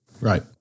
Right